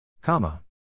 Comma